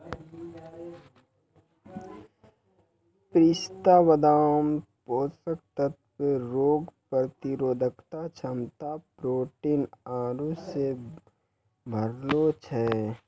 पिस्ता बादाम पोषक तत्व रोग प्रतिरोधक क्षमता प्रोटीन आरु से भरलो छै